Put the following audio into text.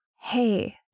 Hey